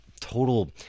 total